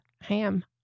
ham